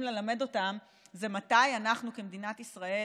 ללמד אותם זה מתי אנחנו כמדינת ישראל